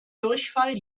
durchfall